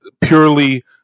purely